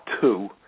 two